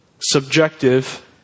subjective